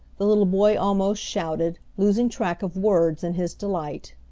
the little boy almost shouted, losing track of words in his delight.